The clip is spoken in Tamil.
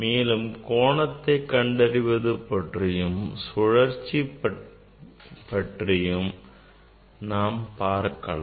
மேலும் கோணத்தை கண்டறிவது பற்றியும் சுழற்சியை கண்டறிவது பற்றியும் பார்க்கலாம்